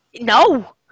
No